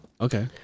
okay